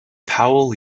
powell